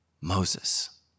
Moses